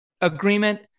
agreement